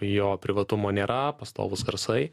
jo privatumo nėra pastovūs garsai